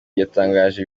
yatangaje